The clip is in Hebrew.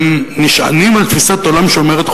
הם נשענים על תפיסת עולם שאומרת,